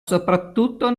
soprattutto